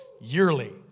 yearly